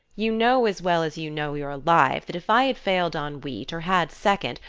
you know as well as you know you're alive, that if i had failed on wheat, or had second,